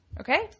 Okay